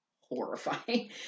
horrifying